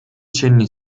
cenni